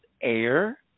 air